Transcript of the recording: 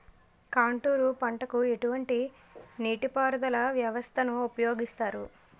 Contour పంటకు ఎటువంటి నీటిపారుదల వ్యవస్థను ఉపయోగిస్తారు?